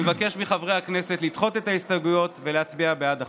אני מבקש מחברי הכנסת לדחות את ההסתייגויות ולהצביע בעד החוק.